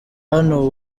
hano